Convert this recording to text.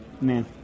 Man